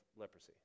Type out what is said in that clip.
leprosy